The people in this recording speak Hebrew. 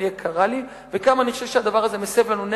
יקרה לי וכמה אני חושב שהדבר הזה מסב לנו נזק.